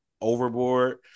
overboard